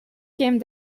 came